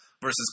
versus